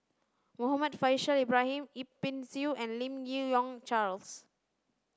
Muhammad Faishal Ibrahim Yip Pin Xiu and Lim Yi Yong Charles